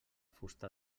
fusta